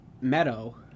Meadow